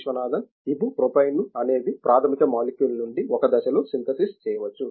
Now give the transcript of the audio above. Viswanathan ibuprofen అనేది ప్రాథమిక molecule నుండి ఒకే దశలొ సింథసిస్ చేయవచ్చు